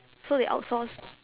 so they outsource